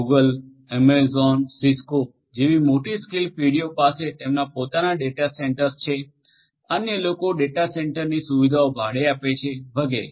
Google Amazon Cisco જેવી મોટી scale પેઢીઓ પાસે તેમના પોતાના ડેટા સેન્ટર્સ છે અન્ય લોકો ડેટા સેન્ટરની સુવિધાઓ ભાડે આપે છે વગેરે